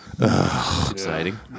Exciting